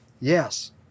Yes